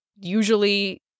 usually